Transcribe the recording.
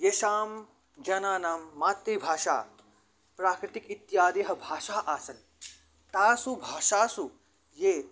येषां जनानां मातृभाषा प्राकृतिक इत्यादयः भाषाः आसन् तासु भाषासु ये